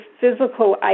physical